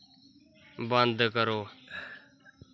बंद करो